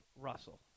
Russell